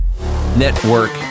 network